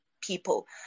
people